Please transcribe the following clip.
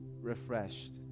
refreshed